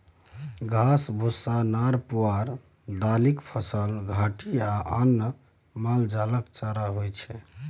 घास, भुस्सा, नार पुआर, दालिक फसल, घाठि आ अन्न मालजालक चारा होइ छै